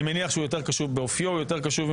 אני מניח שהוא יותר קשוב באופיו ממני,